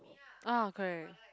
ah correct